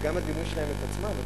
וגם הדימוי שלהם את עצמם,